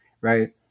right